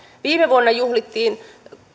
viime vuonna juhlittiin